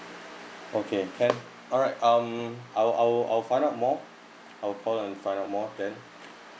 okay can alright um I'll I'll I'll find out more I'll follow and find out more then